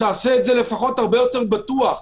תעשה את זה לפחות הרבה יותר בטוח.